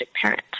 parent